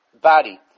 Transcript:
body